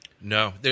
No